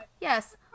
Yes